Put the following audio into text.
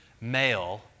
male